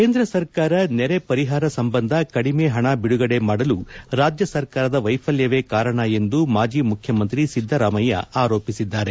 ಕೇಂದ್ರ ಸರಕಾರ ನೆರೆ ಪರಿಹಾರ ಸಂಬಂಧ ಕಡಿಮೆ ಪಣ ಬಿಡುಗಡೆ ಮಾಡಲು ರಾಜ್ಯ ಸರಕಾರದ ವೈಫಲ್ಯವೇ ಕಾರಣ ಎಂದು ಮಾಜಿ ಮುಖ್ಯಮಂತ್ರಿ ಸಿದ್ದರಾಮಯ್ಯ ಆರೋಪಿಸಿದ್ದಾರೆ